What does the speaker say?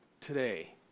today